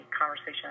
conversation